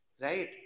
right